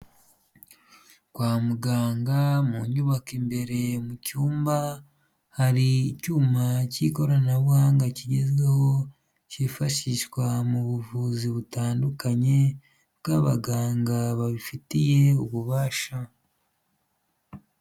Kwa muganga mu nyubako imbere mu cyumba hari icyuma cy'ikoranabuhanga kigezweho, cyifashishwa mu buvuzi butandukanye bw'abaganga babifitiye ububasha.